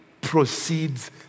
proceeds